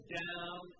down